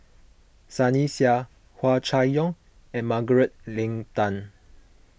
Sunny Sia Hua Chai Yong and Margaret Leng Tan